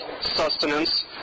sustenance